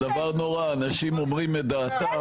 זה דבר נורא, אנשים אומרים את דעתם.